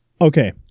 Okay